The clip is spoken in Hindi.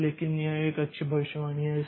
तो लेकिन यह एक अच्छी भविष्यवाणी है